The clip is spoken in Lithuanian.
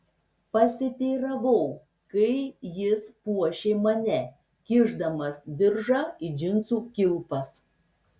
pasiteiravau kai jis puošė mane kišdamas diržą į džinsų kilpas